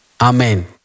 Amen